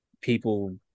people